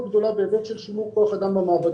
מאוד בהיבט של שימור כוח אדם במעבדות